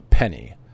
Penny